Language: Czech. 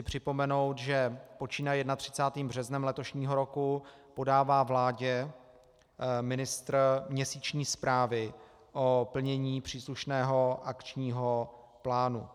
Chci připomenout, že počínaje 31. březnem letošního roku podává vládě ministr měsíční zprávy o plnění příslušného akčního plánu.